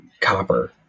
copper